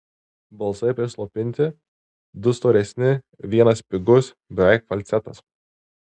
balsai prislopinti du storesni vienas spigus beveik falcetas